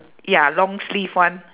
ya long sleeve one